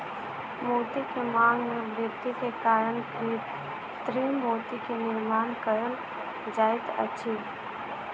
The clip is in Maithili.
मोती के मांग में वृद्धि के कारण कृत्रिम मोती के निर्माण कयल जाइत अछि